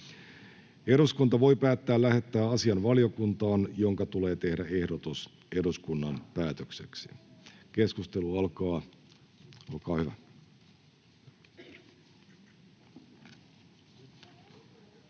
Eduskunta voi päättää lähettää asian valiokuntaan, jonka tulee tehdä ehdotus eduskunnan päätökseksi. — Keskustelu alkaa.